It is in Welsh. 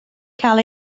cael